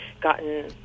gotten